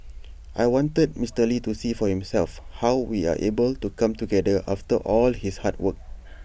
I wanted Mister lee to see for himself how we are able to come together after all his hard work